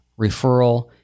referral